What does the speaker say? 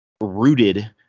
rooted